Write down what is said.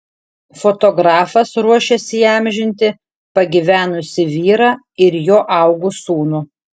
fotografas ruošiasi įamžinti pagyvenusį vyrą ir jo augų sūnų